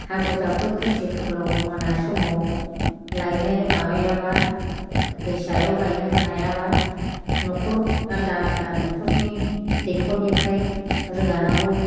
हाखु दाखु खोमसि खोमलाव मोना समाव लायनो माबायाबा दैसायाव लायनो हायाबा न'खर आलदा आलदा न'खरनि दैख'रनिफ्राय रोगानांगौ